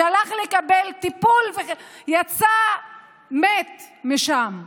הלך לקבל טיפול ויצא מת משם.